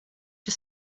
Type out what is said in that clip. się